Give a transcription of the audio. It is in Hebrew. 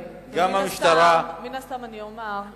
מן הסתם אני אומר,